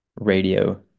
radio